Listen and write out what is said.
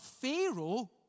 Pharaoh